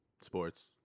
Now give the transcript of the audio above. Sports